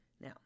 Now